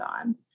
on